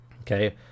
Okay